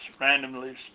randomly